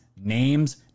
names